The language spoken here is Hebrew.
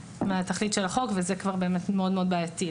מהתכלית של החוק וזה כבר מאוד מאוד בעייתי.